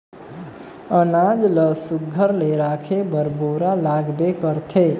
अनाज ल सुग्घर ले राखे बर बोरा लागबे करथे